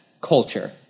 culture